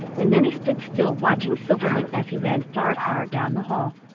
and then he stood still watching silverling as he ran far, far down the hall.